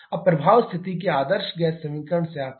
अब प्रभाव स्थिति के आदर्श गैस समीकरण से आता है